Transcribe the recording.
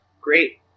Great